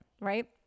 Right